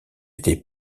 était